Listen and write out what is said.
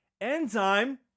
enzyme